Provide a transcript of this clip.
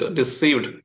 deceived